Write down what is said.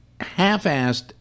half-assed